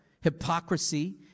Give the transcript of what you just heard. hypocrisy